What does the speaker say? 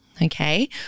Okay